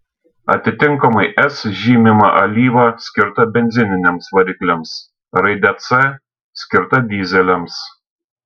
atitinkamai s žymima alyva skirta benzininiams varikliams raide c skirta dyzeliams